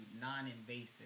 non-invasive